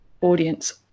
audience